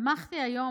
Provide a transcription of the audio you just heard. שמחתי היום,